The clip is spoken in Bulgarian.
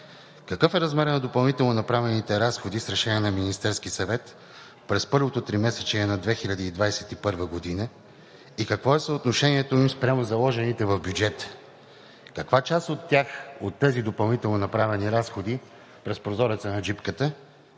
Какъв е размерът на допълнително направените разходи с решение на Министерския съвет през първото тримесечие на 2021 г. и какво е съотношението им спрямо заложените в бюджета? Каква част от тях, от тези допълнително направени разходи през прозореца на джипката,